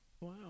Wow